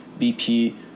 BP